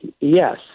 Yes